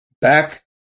back